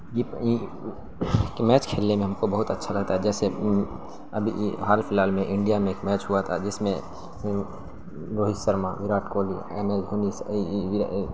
کہ میچ کھیلنے میں ہم کو بہت اچھا لگتا ہے جیسے ابھی حال فی الحال میں انڈیا میں ایک میچ ہوا تھا جس میں روہت سرما وراٹ کوہلی ایم ایس دھونی